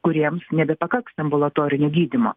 kuriems nebepakaks ambulatorinio gydymo